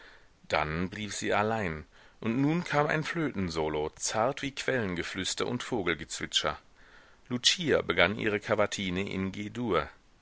dann blieb sie allein und nun kam ein flötensolo zart wie quellengeflüster und vogelgezwitscher lucia begann ihre kavatine in